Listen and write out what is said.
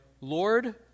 Lord